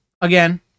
Again